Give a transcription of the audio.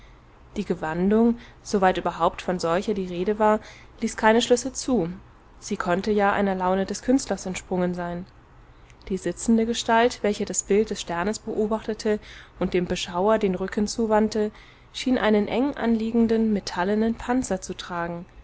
die gewandung soweit überhaupt von solcher die rede war ließ keine schlüsse zu sie konnte ja einer laune des künstlers entsprungen sein die sitzende gestalt welche das bild des sternes beobachtete und dem beschauer den rücken zuwandte schien einen enganliegenden metallenen panzer zu tragen